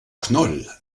knoll